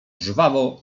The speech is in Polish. żwawo